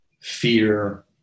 fear